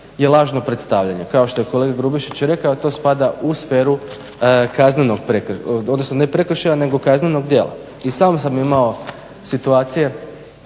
je lažno predstavljanje. Kao što je kolega Grubišić rekao to spada u sferu kaznenog, odnosno ne prekršaja odnosno kaznenog djela. I sam sam imao situacije